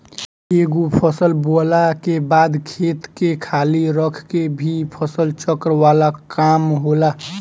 एगो फसल बोअला के बाद खेत के खाली रख के भी फसल चक्र वाला काम होला